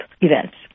events